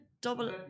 double